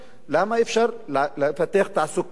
למה אי-אפשר לפתח תעסוקה,